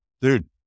dude